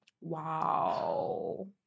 Wow